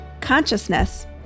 consciousness